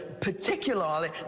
particularly